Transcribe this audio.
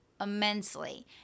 immensely